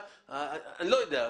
אני לא יודע.